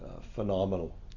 Phenomenal